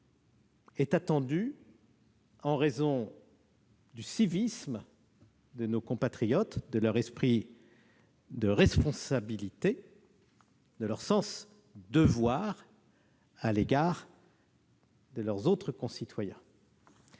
est attendu en raison du civisme de nos compatriotes, de leur esprit de responsabilité, de leur sens du devoir à l'égard d'autrui. Qu'est-ce